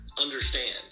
understand